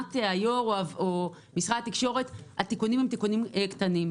שמבחינת היושב-ראש או משרד התקשורת אלה תיקונים קטנים.